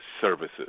services